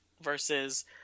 versus